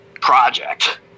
project